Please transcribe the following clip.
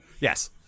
Yes